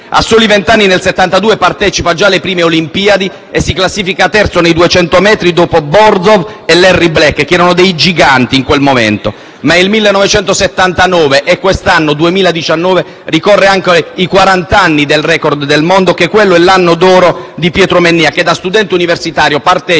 A soli vent'anni nel 1972 partecipa già alle prime Olimpiadi e si classifica terzo nei 200 metri, dopo Borzov e Larry Black, che erano dei giganti in quel momento. Il 1979 (e quest'anno ricorrono anche i quarant'anni del *record* del mondo) è l'anno d'oro di Pietro Mennea, che da studente universitario partecipa